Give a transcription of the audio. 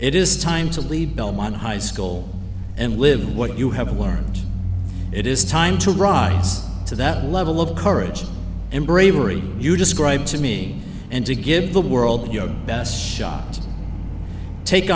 it is time to leave belmont high school and live with what you have learned it is time to rise to that level of courage and bravery you described to me and to give the world your best shot t